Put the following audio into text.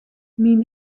myn